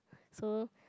so